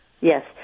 Yes